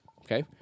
Okay